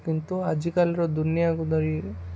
କିନ୍ତୁ ଆଜିକାଲିର ଦୁନିଆକୁ ଧରି